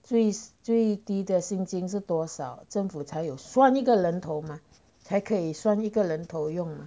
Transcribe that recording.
最最低的薪金是多少政府才有算一个人头吗才可以算一个人头用